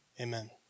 Amen